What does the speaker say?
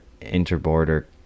inter-border